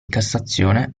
cassazione